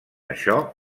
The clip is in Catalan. això